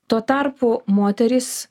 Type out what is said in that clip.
tuo tarpu moterys